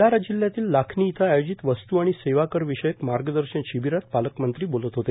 भांडार जिल्ह्यातील लाखनी इथं आयोजित वस्तू आणि सेवा कर विषयक मार्गदर्शन शिबीरात पालकमंत्री बोलत होते